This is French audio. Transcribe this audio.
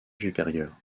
supérieure